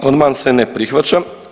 Amandman se ne prihvaća.